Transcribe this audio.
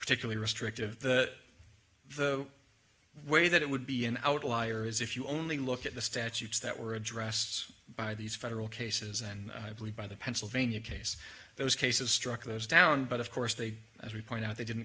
particularly restrictive that the way that it would be an outlier is if you only look at the statutes that were addressed by these federal cases and i believe by the pennsylvania case those cases struck those down but of course they as we point out they didn't